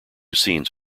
scenes